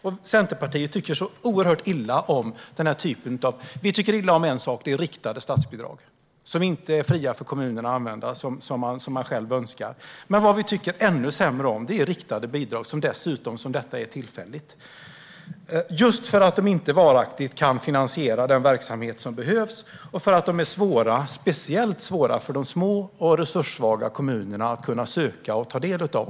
Centerpartiet tycker illa om en sak, och det är riktade statsbidrag som inte är fria för kommunerna att använda som de själva önskar. Men vad vi tycker ännu sämre om är riktade bidrag som dessutom, som detta, är tillfälliga, just för att de inte varaktigt kan finansiera den verksamhet som behövs och för att de är speciellt svåra för de små och resurssvaga kommunerna att kunna söka och ta del av.